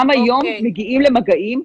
גם היום מגיעים למגעים.